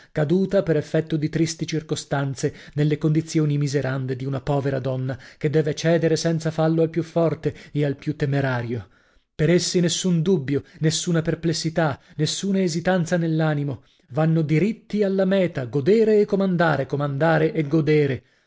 caduta per effetto di tristi circostanze nelle condizioni miserande di una povera donna che deve cedere senza fallo al più forte e al più temerario per essi nessun dubbio nessuna perplessità nessuna esitanza nell'animo vanno diritti alla meta godere e comandare comandare e godere